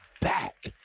back